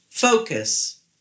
Focus